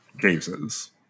cases